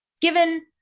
Given